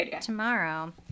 tomorrow